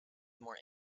more